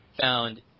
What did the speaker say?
found